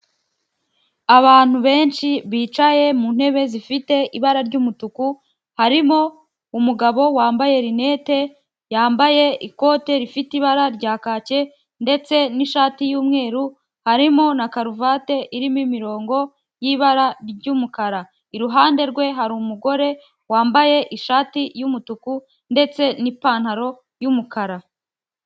Abantu benshi bicaye mu ntebe zifite ibara ry'umutuku, harimo umugabo wambaye linete, yambaye ikote rifite ibara rya kake ndetse n'ishati y'umweru, harimo na karuvati irimo imirongo y'ibara ry'umukara, iruhande rwe hari umugore wambaye ishati y'umutuku, ndetse n'ipantaro y'umukara.